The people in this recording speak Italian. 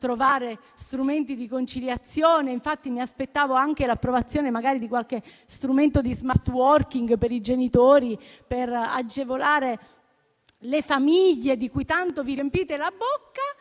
trovare strumenti di conciliazione. Infatti, mi aspettavo anche l'approvazione di qualche strumento di *smart working* per i genitori, per agevolare le famiglie di cui tanto vi riempite la bocca.